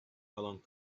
along